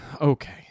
okay